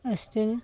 Austin